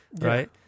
Right